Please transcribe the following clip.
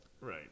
Right